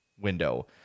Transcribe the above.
window